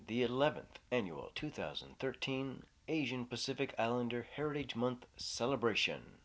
the eleventh annual two thousand and thirteen asian pacific islander heritage month celebration